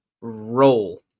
roll